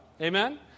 Amen